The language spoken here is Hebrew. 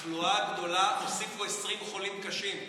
התחלואה הגדולה, הוסיפו 20 חולים קשים.